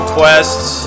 quests